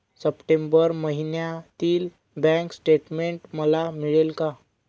September महिन्यातील bank statement मला मिळेल का?